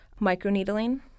microneedling